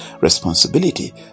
responsibility